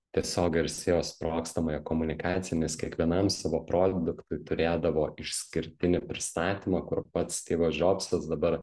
tiesiog garsėjo sprogstamąja komunikacija nes kiekvienam savo produktui turėdavo išskirtinį pristatymą kur pats stivas džobsas dabar